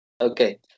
Okay